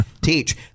teach